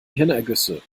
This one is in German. hirnergüsse